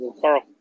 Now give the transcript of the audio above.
Carl